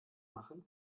machen